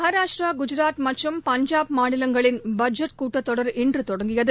மகாராஷ்டிரா குஜராத் மற்றும் பஞ்சாப் மாநிலங்களின் பட்ஜெட் கூட்டத்தொடர் இன்றுதொடங்கியது